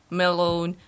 melon